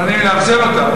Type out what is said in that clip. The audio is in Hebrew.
לא נעים לי לאכזב אותך,